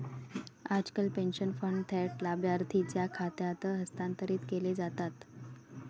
आजकाल pension fund थेट लाभार्थीच्या खात्यात हस्तांतरित केले जातात